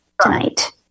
tonight